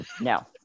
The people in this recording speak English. No